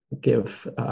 give